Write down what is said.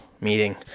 meeting